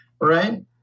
Right